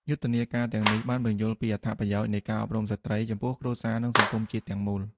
យុទ្ធនាការទាំងនេះបានពន្យល់ពីអត្ថប្រយោជន៍នៃការអប់រំស្ត្រីចំពោះគ្រួសារនិងសង្គមជាតិទាំងមូល។